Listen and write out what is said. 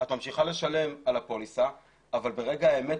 את ממשיכה לשלם על הפוליסה אבל ברגע האמת,